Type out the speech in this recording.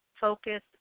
focus